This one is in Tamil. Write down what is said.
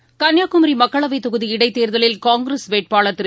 செகண்ட்ஸ் கன்னியாகுமரி மக்களவைத் தொகுதி இடைத் தேர்தலில் காங்கிரஸ் வேட்பாளர் திரு